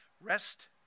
Rest